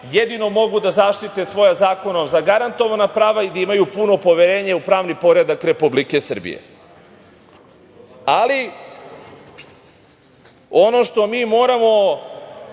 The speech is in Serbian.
jedino mogu da zaštite svoja zakonom zagarantovana prava i da imaju puno poverenje u pravni poredak Republike Srbije. Ali, ono što mi moramo